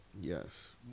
Yes